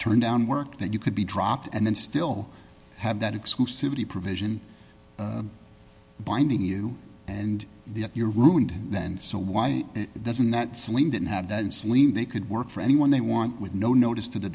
turn down work that you could be dropped and then still have that exclusively provision binding you and your ruined then so why doesn't that sling didn't have that celine they could work for anyone they want with no notice to the